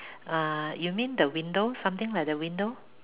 err you mean the window something like the window